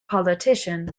politician